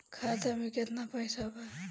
खाता में केतना पइसा बा?